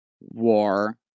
War